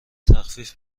تخفیف